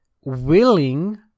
willing